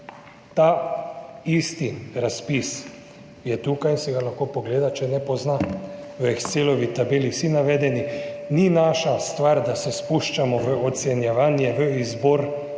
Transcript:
Ta isti razpis je tukaj in si ga lahko pogleda, če ne pozna, v Excelovi tabeli so vsi navedeni. Ni naša stvar, da se spuščamo v ocenjevanje, v izbor